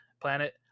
planet